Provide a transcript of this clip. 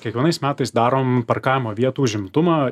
kiekvienais metais darom parkavimo vietų užimtumą